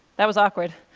that was awkward.